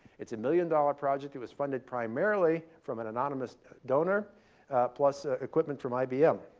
it's a million dollar project. it was funded primarily from an anonymous donor plus ah equipment from ibm.